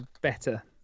better